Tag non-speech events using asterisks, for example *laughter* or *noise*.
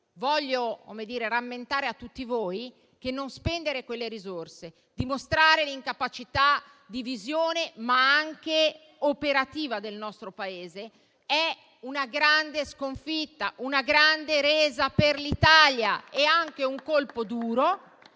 Voglio rammentare a tutti voi che non spendere quelle risorse, dimostrare l'incapacità di visione, ma anche operativa del nostro Paese, è una grande sconfitta, una grande resa per l'Italia, *applause* un colpo duro